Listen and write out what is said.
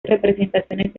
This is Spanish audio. representaciones